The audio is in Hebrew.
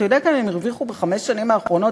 אתה יודע כמה הם הרוויחו בחמש השנים האחרונות?